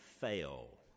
fail